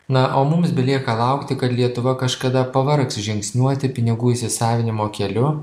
na o mums belieka laukti kad lietuva kažkada pavargs žingsniuoti pinigų įsisavinimo keliu